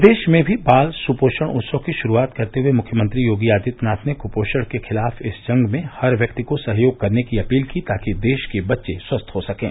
प्रदेश में भी बाल सुपोषण उत्सव की शुरुआत करते हुए मुख्यमंत्री योगी आदित्यनाथा ने कुपोषण के खिलाफ इस जंग में हर व्यक्ति को सहयोग करने की अपील की ताकि देश के बच्चे स्वस्थ हो सकें